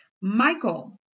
Michael